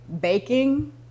baking